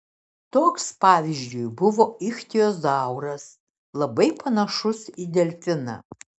toks pavyzdžiui buvo ichtiozauras labai panašus į delfiną